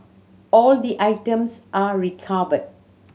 all the items are recovered